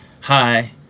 hi